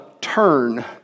turn